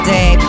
Day